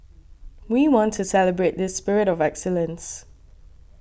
we want to celebrate this spirit of excellence